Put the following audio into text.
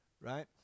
right